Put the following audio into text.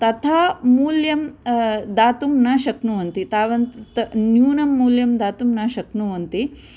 तथा मूल्यं दातुं न शक्नुवन्ति तावन् न्यूनं मूल्यं दातुं न शक्नुवन्ति